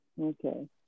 Okay